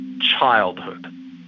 childhood